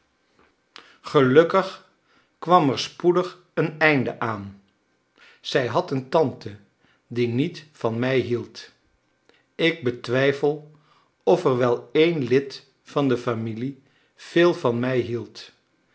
gelukkig kwam er spoedig een einde aan zij had een tante die niet van mij hield ik bet wij f el of er wel een lid van de familie veel van mij hield